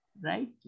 Right